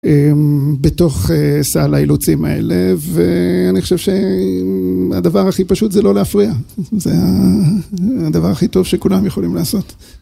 בתוך סל האילוצים האלה ואני חושב שהדבר הכי פשוט זה לא להפריע, זה הדבר הכי טוב שכולם יכולים לעשות.